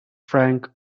frank